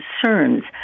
concerns